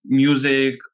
music